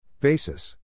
Basis